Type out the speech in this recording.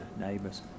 Neighbours